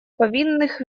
повинных